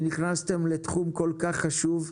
שנכנסתם לתחום כל כך חשוב,